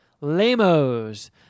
Lamos